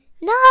No